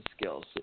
skills